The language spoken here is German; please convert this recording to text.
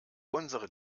unsere